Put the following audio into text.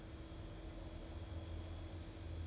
but then wha~ what's with the 那个 table 的关系